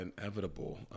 inevitable